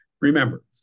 Remember